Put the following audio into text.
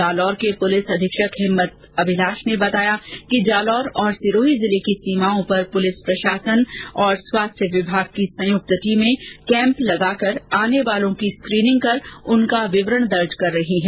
जालोर के पुलिस अधीक्षक हिम्मत अभिलाष ने बताया कि जालोर और सिरोही जिले की सीमाओं पर पुलिस प्रशासन और स्वास्थ्य विभाग की संयुक्त टीमे कैम्प लगाकर आने वालों की स्क्रीनिंग कर उनका विवरण दर्ज कर रही है